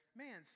man